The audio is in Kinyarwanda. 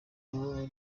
umubano